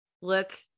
look